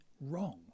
wrong